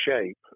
shape